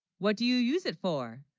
what do you use it for